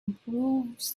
improves